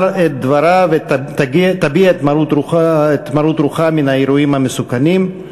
את דברה ותביע את מורת רוחה מן האירועים המסוכנים".